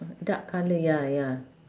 dark colour ya ya